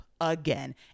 again